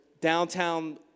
downtown